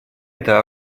это